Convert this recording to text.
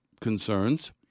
concerns